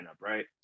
right